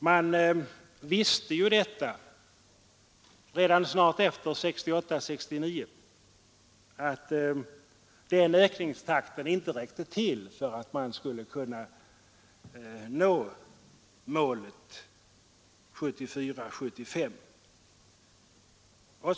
Man visste ju ganska snart efter 1968 75.